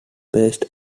based